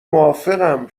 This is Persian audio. موافقم